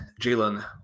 Jalen